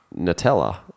Nutella